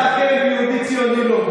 ויהודי ציוני, לא.